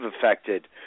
affected